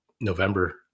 November